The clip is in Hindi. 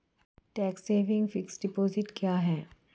टैक्स सेविंग फिक्स्ड डिपॉजिट क्या है?